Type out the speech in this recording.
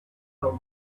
out